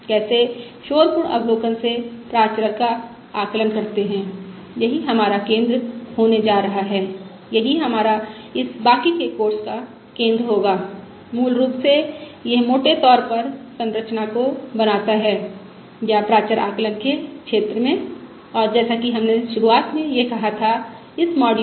कैसे शोर पूर्ण अवलोकन से प्राचर का आकलन करते हैं यही हमारा केंद्र होने जा रहा है यही हमारा इस बाकी के पाठ्यक्रम का केंद्र होगा मूल रूप से यह मोटे तौर पर संरचना को बनाता है या प्राचर आकलन के क्षेत्र में और जैसा कि हमने शुरुआत में यह कहा था इस मॉड्यूल के कि इसकी विस्तृत विविधताएं हैं